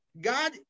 God